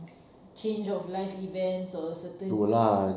change of life events or certain